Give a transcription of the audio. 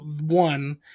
one